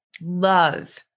love